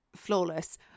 flawless